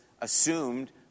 assumed